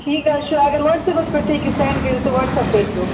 ٹھیٖک حظ چھُ اگر وَٹسَپَس پٮ۪ٹھ تہٕ ہٮ۪کِو سٮ۪نٛڈ کٔرِتھ تہٕ وَٹسَپ کٔرۍزیو